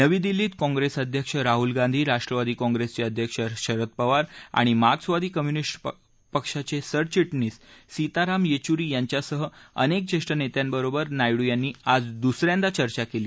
नवी दिल्लीत काँग्रेस अध्यक्ष राहुल गांधी राष्ट्रवादी काँग्रेसचे अध्यक्ष शरद पवार आणि मार्क्सवादी कम्युनिस्ट पार्टीचे सरचिटणीस सिताराम येचुरी यांच्यासह अनेक ज्येष्ठ नेत्यांबरोबर नायडू यांनी आज दुस यांदा चर्चा केली